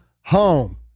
home